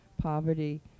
poverty